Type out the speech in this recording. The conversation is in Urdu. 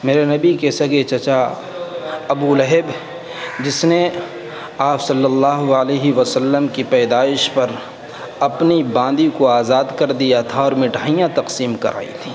میرے نبی کے سگے چچا ابو لہب جس نے آپ صلی اللہ وعلیہ وسلم کی پیدائش پر اپنی باندی کو آزاد کر دیا تھا اور مٹھائیاں تقسیم کرائی تھیں